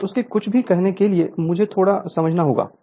अब उसके कुछ भी करने के लिए मुझे थोड़ा समझना होगा